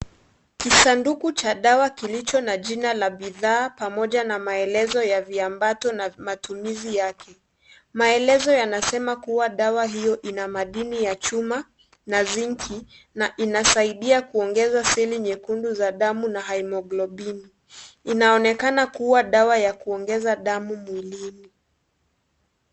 Kisanduku cha dawa kilicho na jina la bidhaa pamoja na maelezo ya viambato na matumizi yake. Maelezo yanasema kuwa dawa hiyo ina madini ya chuma na zinki, na inasaidia kuongeza seli nyekundu za damu na haemoglobini . Inaonekana kuwa dawa ya kuongeza damu mwilini.